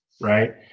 right